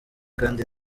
kandi